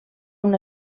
una